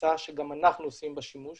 בכניסה שגם אנחנו עושים בה שימוש.